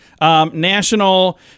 National